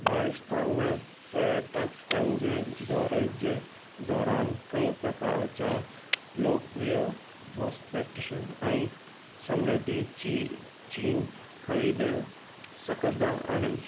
राजस्थान में पर्यटक पंहिंजे दौरे जे दौरान कई प्रकार जा लोकप्रिय हॉस्पिटिश ऐं समृद्धी जी जी ख़रीदे सघंदा आहिनि